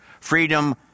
Freedom